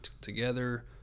together